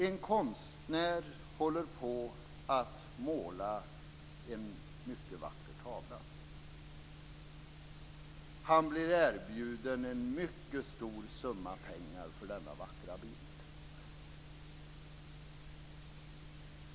En konstnär håller på att måla en mycket vacker tavla. Han blir erbjuden en mycket stor summa pengar för denna vackra bild.